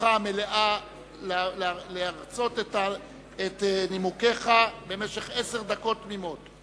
זכותך המלאה להרצות את נימוקיך במשך עשר דקות תמימות.